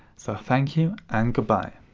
so thank you and goodbye!